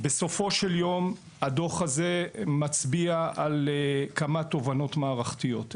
בסופו של יום הדוח הזה מצביע על כמה תובנות מערכתיות.